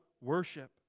worship